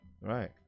Right